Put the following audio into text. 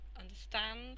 understand